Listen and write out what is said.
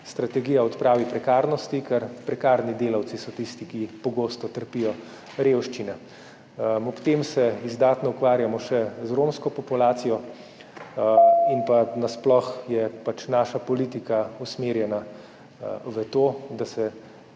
strategija o odpravi prekarnosti, ker so prekarni delavci tisti, ki pogosto trpijo revščino. Ob tem se izdatno ukvarjamo še z romsko populacijo in nasploh je pač naša politika usmerjena v to, da se